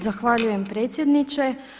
Zahvaljujem predsjedniče.